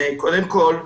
קודם כל,